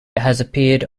appeared